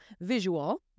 visual